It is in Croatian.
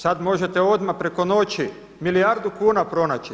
Sad možete odmah preko noći milijardu kuna pronaći.